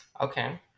Okay